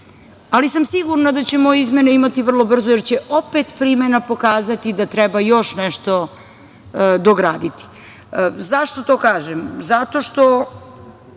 ali sam sigurna da ćemo izmene imati vrlo brzo, jer će opet primena pokazati da treba još nešto dograditi.Zašto to kažem? Zato što